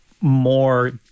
more